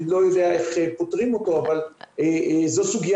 אני לא יודע איך פותרים אותו אבל זו סוגיה